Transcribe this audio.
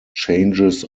changes